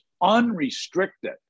Unrestricted